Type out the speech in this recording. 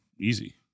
easy